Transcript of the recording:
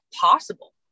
possible